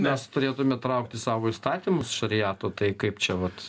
mes turėtume traukti savo įstatymus šariato tai kaip čia vat